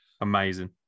Amazing